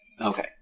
Okay